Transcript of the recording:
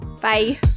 Bye